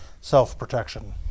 self-protection